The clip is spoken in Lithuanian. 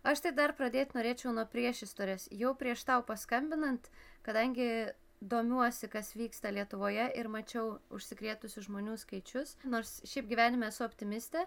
aš tai dar pradėt norėčiau nuo priešistorės jau prieš tau paskambinant kadangi domiuosi kas vyksta lietuvoje ir mačiau užsikrėtusių žmonių skaičius nors šiaip gyvenime esu optimistė